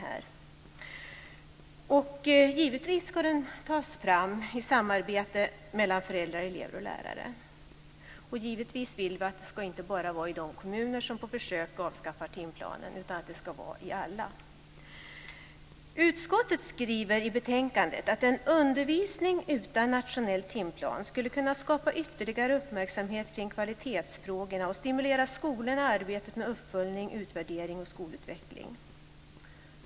Givetvis ska den individuella studieplanen tas fram i samarbete mellan föräldrar, elever och lärare, och det gäller inte bara de kommuner som på försök avskaffar timplanen utan det ska gälla i alla kommuner. Utskottet skriver i betänkandet: "En undervisning utan nationell timplan kunna skapa ytterligare uppmärksamhet kring kvalitetsfrågorna och stimulera skolorna i arbetet med uppföljning, utvärdering och skolutveckling."